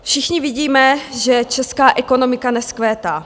Všichni vidíme, že česká ekonomika nevzkvétá.